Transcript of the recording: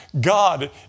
God